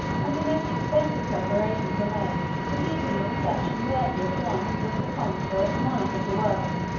and the most expensive preparations were made to give him a reception worthy of one who was the conqueror and monarch of the world,